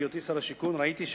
בהיותי שר השיכון ראיתי,